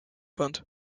fand